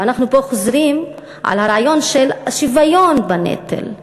ואנחנו פה חוזרים על הרעיון של השוויון בנטל.